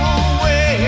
away